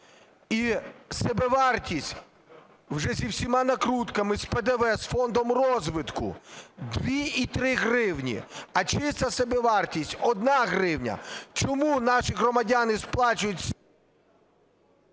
І собівартість вже зі всіма накрутками, з ПДВ, з фондом розвитку 2 і 3 гривні, а чиста собівартість 1 гривня. Чому наші громадяни сплачують…